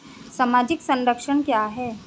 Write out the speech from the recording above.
सामाजिक संरक्षण क्या है?